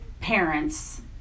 parents